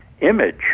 image